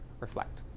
Reflect